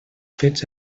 fets